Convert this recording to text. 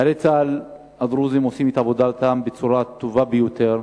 חיילי צה"ל הדרוזים עושים את עבודתם בצורה הטובה ביותר,